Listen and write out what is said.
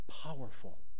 powerful